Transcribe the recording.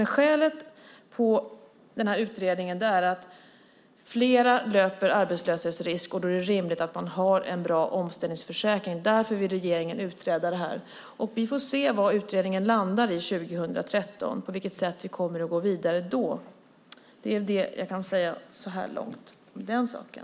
Men skälet för utredningen är att fler löper arbetslöshetsrisk, och då är det rimligt att man har en bra omställningsförsäkring. Därför vill regeringen utreda detta. Vi får se vad utredningen landar i 2013 och på vilket sätt vi kommer att gå vidare då. Det är det jag kan säga så här långt i den saken.